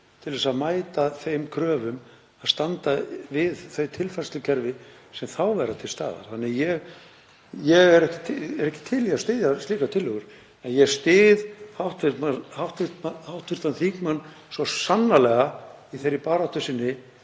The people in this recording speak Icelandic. til að mæta þeim kröfum að standa við tilfærslukerfin sem þá verða til staðar. Ég er ekki til í að styðja slíkar tillögur en ég styð hv. þingmann svo sannarlega í þeirri baráttu sinni